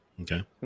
Okay